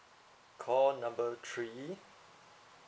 call number three